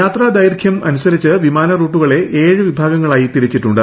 യാത്രാ ദൈർഘൃം അനുസരിച്ച് വിമാന റൂട്ടുകളെ ഏഴ് വിഭാഗങ്ങളായി തിരിച്ചിട്ടു്ണ്ട്